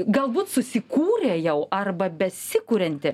galbūt susikūrė jau arba besikurianti